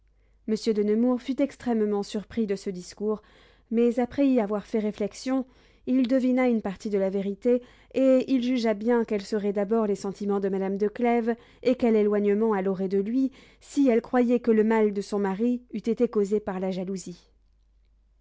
monsieur de nemours fut extrêmement surpris de ce discours mais après y avoir fait réflexion il devina une partie de la vérité et il jugea bien quels seraient d'abord les sentiments de madame de clèves et quel éloignement elle aurait de lui si elle croyait que le mal de son mari eût été causé par la jalousie